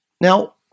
Now